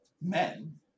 men